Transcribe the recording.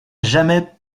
jamais